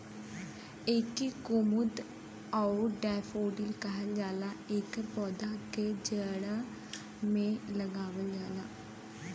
एके कुमुद आउर डैफोडिल कहल जाला एकर पौधा के जाड़ा में लगावल जाला